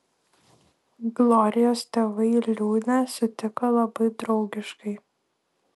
glorijos tėvai liūnę sutiko labai draugiškai